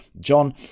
John